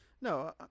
no